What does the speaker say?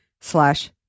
slash